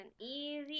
easy